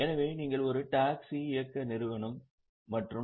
எனவே நீங்கள் ஒரு டாக்ஸி இயக்க நிறுவனம் என்று வைத்து கொள்வோம்